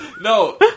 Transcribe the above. No